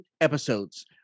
Episodes